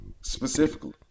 Specifically